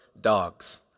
dogs